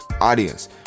audience